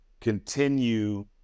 continue